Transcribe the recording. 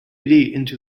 into